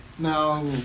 No